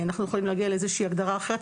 אנחנו יכולים להגיע לאיזושהי הגדרה אחרת,